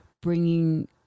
bringing